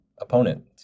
opponent